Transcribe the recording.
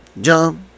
jump